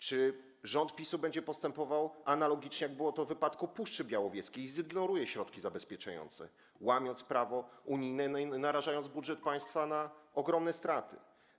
Czy rząd PiS-u będzie postępował analogicznie do przypadku Puszczy Białowieskiej i zignoruje środki zabezpieczające, łamiąc prawo unijne i narażając budżet państwa na ogromne straty?